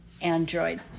Android